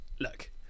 look